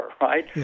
right